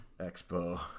Expo